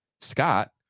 Scott